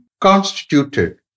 constituted